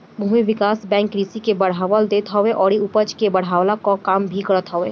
भूमि विकास बैंक कृषि के बढ़ावा देत हवे अउरी उपज के बढ़वला कअ काम भी करत हअ